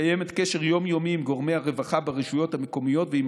מקיימת קשר יום-יומי עם גורמי הרווחה ברשויות המקומיות ועם